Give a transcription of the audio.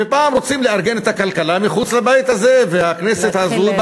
ופעם רוצים לארגן את הכלכלה מחוץ לבית הזה והכנסת הזו,